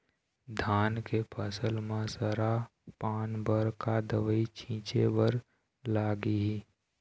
धान के फसल म सरा पान बर का दवई छीचे बर लागिही?